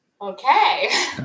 Okay